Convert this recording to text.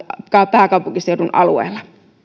pääkaupunkiseudun alueella